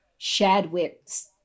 Shadwick